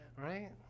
Right